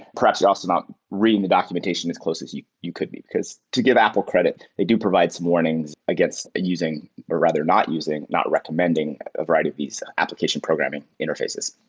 perhaps you're also not reading the back limitation as close as you you could be, because to give apple credit, they do provide some warnings against using or rather not using, not recommending a variety of these application programming interfaces.